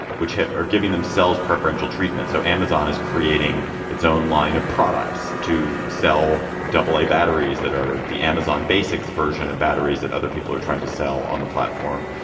which are giving themselves preferential treatment. so amazon is creating its own line of products to sell double a batteries that are the amazon basics version of batteries that other people are trying to sell on the platform.